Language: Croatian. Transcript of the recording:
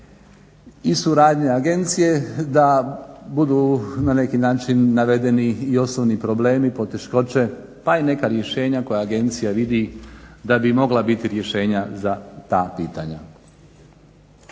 i suradnje agencije, da budu na neki način navedeni i osnovni problemi, poteškoće, pa i neka rješenja koja agencija vidi da bi mogla biti rješenja za ta pitanja.